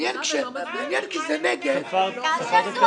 הרביזיה (35) לסעיף 1 לא נתקבלה.